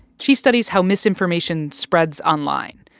she studies how misinformation spreads online.